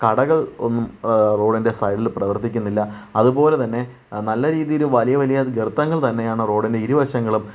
കടകൾ റോഡിൻറെ സൈഡിൽ പ്രവർത്തിക്കുന്നില്ല അതുപോലെ തന്നെ നല്ല രീതിയിൽ വലിയ വലിയ ഗർത്തങ്ങൾ തന്നെയാണ് റോഡിൻറെ ഇരുവശങ്ങളിലും